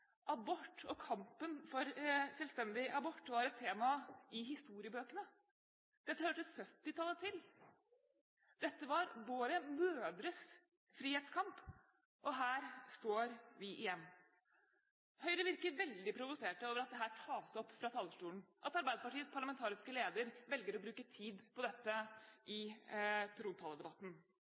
abort og kampen for selvbestemt abort var et tema i historiebøkene. Dette hørte 1970-tallet til, dette var våre mødres frihetskamp – og her står vi igjen. Høyre virker veldig provosert over at dette tas opp fra talerstolen, at Arbeiderpartiets parlamentariske leder velger å bruke tid på dette i trontaledebatten.